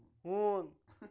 ہوٗن